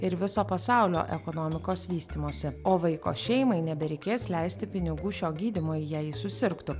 ir viso pasaulio ekonomikos vystymosi o vaiko šeimai nebereikės leisti pinigų šio gydymui jei jis susirgtų